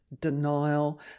denial